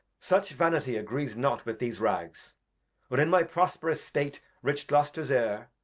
such vanity agrees not with these rags when in my prosp'rous state, rich gloster's heir,